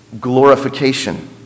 glorification